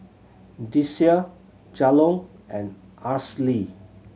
Deasia Jalon and Aracely